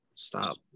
Stop